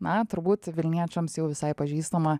na turbūt vilniečiams jau visai pažįstamą